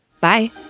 Bye